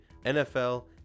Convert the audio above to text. NFL